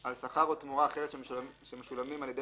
"על שכר או תמורה אחרת שמשולמים על ידי